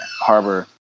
harbor